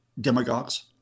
demagogues